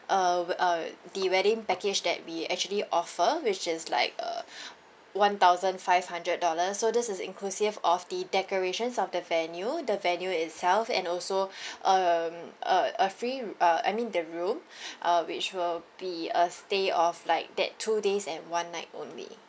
uh uh the wedding package that we actually offer which is like uh one thousand five hundred dollars so this is inclusive of the decorations of the venue the venue itself and also um uh a free uh I mean the room uh which will be a stay of like that two days and one night only